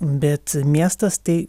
bet miestas tai